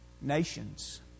nations